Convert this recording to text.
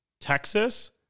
texas